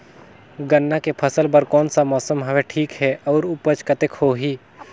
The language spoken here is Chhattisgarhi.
गन्ना के फसल बर कोन सा मौसम हवे ठीक हे अउर ऊपज कतेक होही?